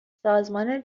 سازمان